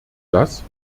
das